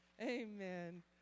Amen